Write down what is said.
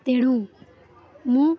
ତେଣୁ ମୁଁ